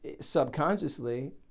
subconsciously